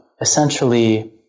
essentially